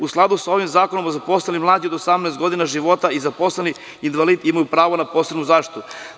U skladu sa ovim zakonom, zaposleni mlađi od 18 godina života i zaposleni i invalidi imaju pravo na posebnu zaštitu.